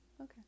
Okay